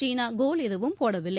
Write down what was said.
சீனா goal எதுவும் போடவில்லை